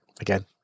again